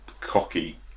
cocky